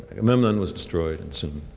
agamemnon was destroyed, and soon,